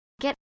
get